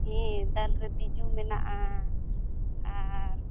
ᱦᱮᱸ ᱫᱟᱹᱞ ᱨᱮ ᱛᱤᱡᱩ ᱢᱮᱱᱟᱜᱼᱟ ᱟᱨ